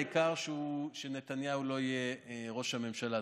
העיקר שנתניהו לא יהיה ראש הממשלה.